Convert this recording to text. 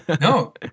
no